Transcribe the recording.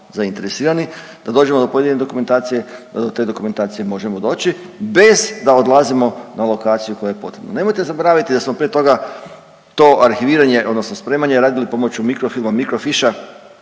zainteresirani da dođemo do pojedine dokumentacije, da do te dokumentacije možemo doći bez da odlazimo na lokaciju koja je potrebna. Nemojte zaboraviti da smo prije toga to arhiviranje odnosno spremanje radili pomoću mikrofilma, mikrofisha